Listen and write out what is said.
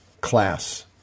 class